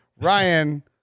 Ryan